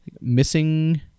missing